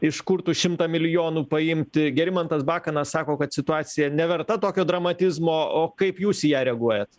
iš kur tų šimtą milijonų paimti gerimantas bakanas sako kad situacija neverta tokio dramatizmo o kaip jūs į ją reaguojat